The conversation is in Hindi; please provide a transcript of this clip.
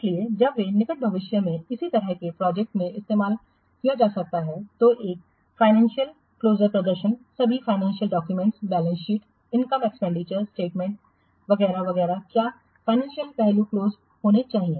इसलिए जब वे निकट भविष्य में इसी तरह की प्रोजेक्टओं में इस्तेमाल किया जा सकता है तो एक फाइनेंसियल क्लोजर प्रदर्शन सभी financial documents balance sheet income expenditure statement में वगैरह वगैरह क्या फाइनेंसियल पहलू क्लोज होने चाहिए